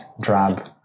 drab